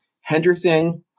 Henderson